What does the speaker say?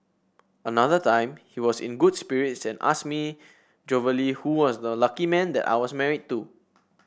another time he was in good spirits and asked me jovially who was the lucky man that I was married to